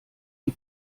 die